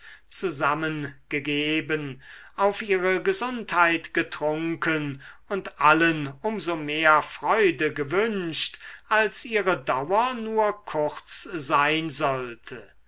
zusammengegeben auf ihre gesundheit getrunken und allen um so mehr freude gewünscht als ihre dauer nur kurz sein sollte